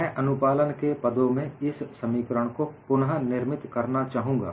मैं अनुपालन के पदों में इस समीकरण को पुनः निर्मित करना चाहूंगा